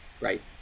right